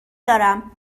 دارم